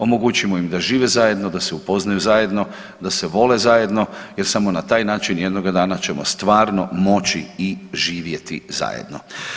Omogućimo im da žive zajedno, da se upoznaju zajedno, da se vole zajedno jer samo na taj način jednoga dana ćemo stvarno moći i živjeti zajedno.